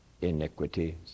iniquities